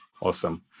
Awesome